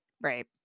Right